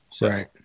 Right